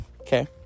Okay